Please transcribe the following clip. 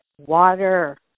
water